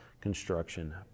construction